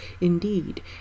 Indeed